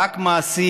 רק מעשים,